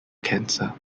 cancer